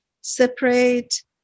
separate